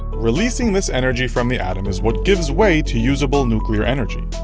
releasing this energy from the atom is what gives way to usable nuclear energy.